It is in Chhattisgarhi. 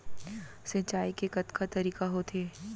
सिंचाई के कतका तरीक़ा होथे?